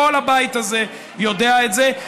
כל הבית הזה יודע את זה,